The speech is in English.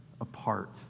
apart